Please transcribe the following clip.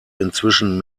inzwischen